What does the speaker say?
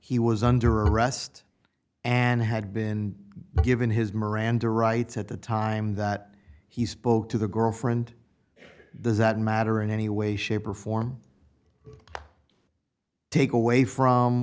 he was under arrest and had been given his miranda rights at the time that he spoke to the girlfriend does that matter in any way shape or form take away from